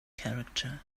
character